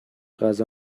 غذا